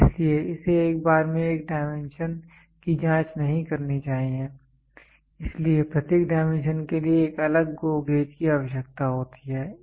इसलिए इसे एक बार में एक डायमेंशन की जांच नहीं करनी चाहिए इसलिए प्रत्येक डायमेंशन के लिए एक अलग GO गेज की आवश्यकता होती है